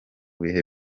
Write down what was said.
bihe